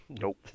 Nope